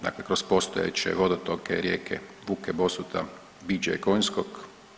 Dakle kroz postojeće vodotoke rijeke Vuke, Bosuta, Biđa i Konjskog.